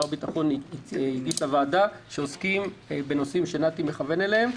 הביטחון הגיש לוועדה שעוסקים בנושאים שנתי מכוון אליהם.